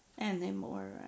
anymore